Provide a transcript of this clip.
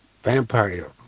vampire